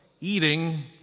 eating